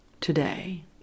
Today